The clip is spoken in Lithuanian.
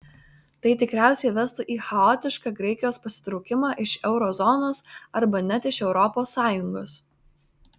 tai tikriausiai vestų į chaotišką graikijos pasitraukimą iš euro zonos arba net iš europos sąjungos